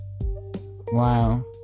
Wow